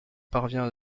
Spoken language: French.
parvient